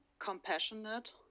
compassionate